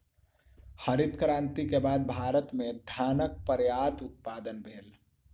हरित क्रांति के बाद भारत में धानक पर्यात उत्पादन भेल